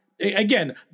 again